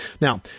Now